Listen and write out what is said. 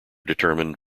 determined